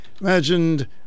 Imagined